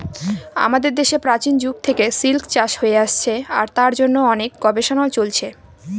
আমাদের দেশে প্রাচীন যুগ থেকে সিল্ক চাষ হয়ে আসছে আর তার জন্য অনেক গবেষণাও চলছে